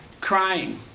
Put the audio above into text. crying